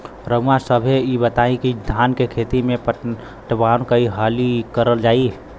रउवा सभे इ बताईं की धान के खेती में पटवान कई हाली करल जाई?